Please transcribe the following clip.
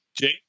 Jake